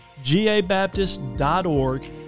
gabaptist.org